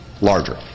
larger